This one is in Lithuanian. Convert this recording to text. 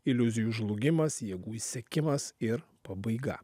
iliuzijų žlugimas jėgų išsekimas ir pabaiga